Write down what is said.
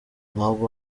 ntabwo